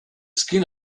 skin